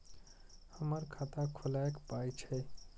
हमर खाता खौलैक पाय छै